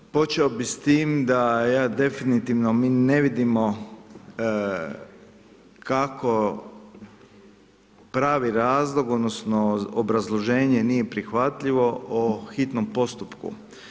Počeo bi s tim da ja definitivno, mi ne vidimo kako pravi razlog odnosno obrazloženje nije prihvatljivo o hitnom postupku.